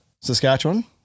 Saskatchewan